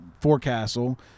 forecastle